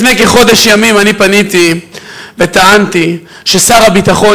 לפני כחודש ימים אני פניתי וטענתי ששר הביטחון